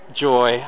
joy